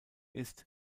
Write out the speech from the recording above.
ist